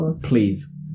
please